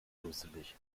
dusselig